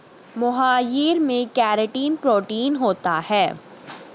मोहाइर में keratin protein होता है